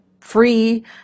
free